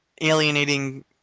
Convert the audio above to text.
alienating